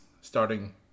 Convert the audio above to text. starting